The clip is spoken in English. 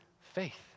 faith